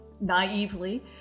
naively